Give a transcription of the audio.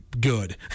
good